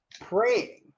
praying